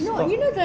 stock